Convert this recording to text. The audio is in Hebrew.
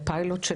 לפיילוט?